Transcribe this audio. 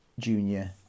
Junior